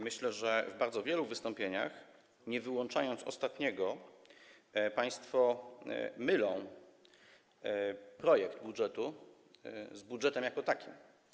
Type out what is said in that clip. Myślę, że w bardzo wielu wystąpieniach, nie wyłączając ostatniego, państwo mylą projekt budżetu z budżetem jako takim.